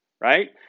right